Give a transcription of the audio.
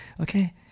okay